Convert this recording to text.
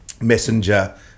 messenger